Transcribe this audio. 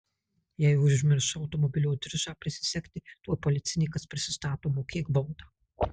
jei užmiršau automobilio diržą prisisegti tuoj policininkas prisistato mokėk baudą